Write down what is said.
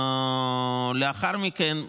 לאחר מכן,